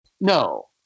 No